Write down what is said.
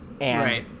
Right